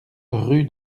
rue